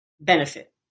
benefit